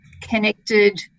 connected